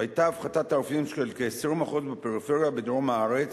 היתה הפחתת תעריפים של כ-20% בפריפריה בדרום הארץ,